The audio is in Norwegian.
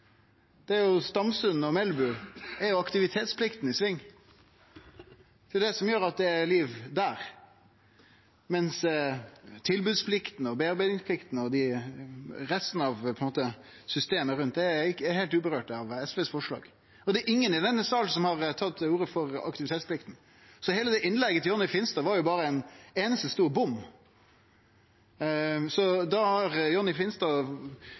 Melbu er jo aktivitetsplikta i sving. Det er det som gjer at det er liv der. Tilbodsplikta, foredlingsplikta og resten av systemet rundt er heilt upåverka av forslaget frå SV. Det er ingen i denne salen som har tatt til orde for aktivitetsplikta, så heile innlegget frå Jonny Finstad var ein einaste stor bom. Da har Jonny